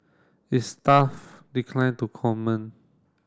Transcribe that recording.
its staff declined to comment